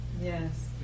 Yes